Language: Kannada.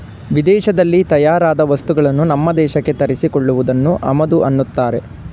ವಿದೇಶದಲ್ಲಿ ತಯಾರಾದ ವಸ್ತುಗಳನ್ನು ನಮ್ಮ ದೇಶಕ್ಕೆ ತರಿಸಿ ಕೊಳ್ಳುವುದನ್ನು ಆಮದು ಅನ್ನತ್ತಾರೆ